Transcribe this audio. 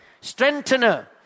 strengthener